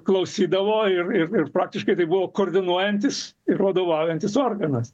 klausydavo ir ir ir praktiškai tai buvo koordinuojantis ir vadovaujantis organas